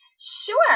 Sure